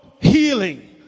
healing